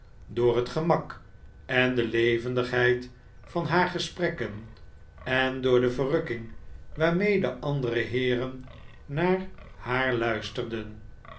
door het gemak en de levendigheid van haar gesprekken en door de verrukking waarmee de andere heeren naar haar luisterden